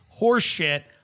horseshit